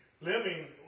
living